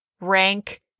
rank